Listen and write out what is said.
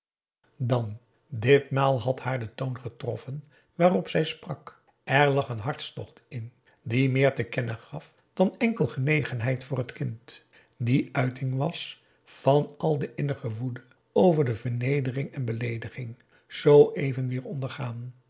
dan ditmaal had haar de toon getroffen waarop zij sprak er lag een hartstocht in die meer te kennen gaf dan enkel genegenheid voor het kind die de uiting was van al de innige woede over de vernedering en beleediging zooeven weer ondergaan